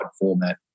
format